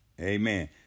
Amen